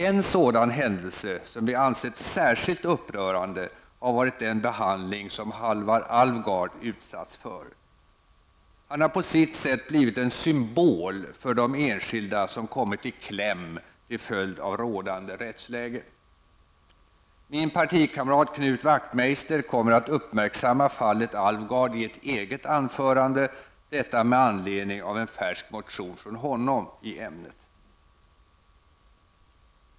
En sådan händelse som vi ansett särskilt upprörande har varit den behandling som Halvar Alvgard utsatts för. Han har på sitt sätt blivit en symbol för de enskilda som kommit i kläm till följd av rådande rättsläge. Min partikamrat Knut Wachtmeister kommer att uppmärksamma fallet Alvgard i ett eget anförande, detta med anledning av en färsk motion från honom i ämnet.